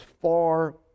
far